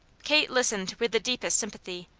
kate listened with the deepest sympathy,